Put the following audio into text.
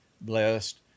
blessed